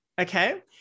Okay